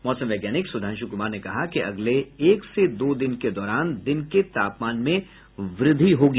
मौसम वैज्ञानिक सुधांशू कुमार ने कहा कि अगले एक से दो दिन के दौरान दिन के तापमान में वृद्वि होगी